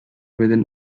within